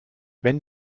wenn